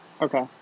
Okay